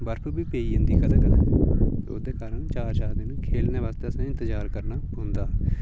बर्फ बी पेई जंदी कदें कदें ओह्दे कारण चार चार दिन खेलने बास्तै असेंगी इंतजार करना पौंदा